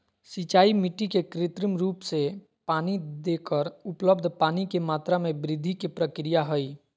सिंचाई मिट्टी के कृत्रिम रूप से पानी देकर उपलब्ध पानी के मात्रा में वृद्धि के प्रक्रिया हई